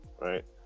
right